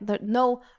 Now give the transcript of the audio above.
no